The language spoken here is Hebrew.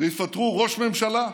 ויפטרו ראש ממשלה?".